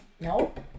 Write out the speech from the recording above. Nope